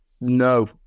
no